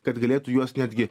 kad galėtų juos netgi